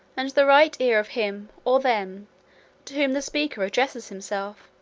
and the right ear of him or them to whom the speaker addresses himself.